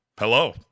Hello